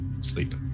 sleep